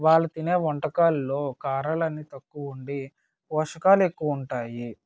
వాళ్ళు తినే వంటకాల్లో కారాలు అవి తక్కువుండి పోషకాలు ఎక్కువుంటాయి